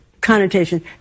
connotation